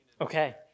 Okay